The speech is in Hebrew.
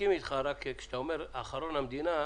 כשאתה אומר האחרון זה המדינה,